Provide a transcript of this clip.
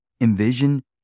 envision